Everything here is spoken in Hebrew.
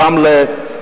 רמלה,